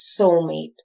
soulmate